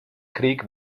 krieg